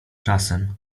czasem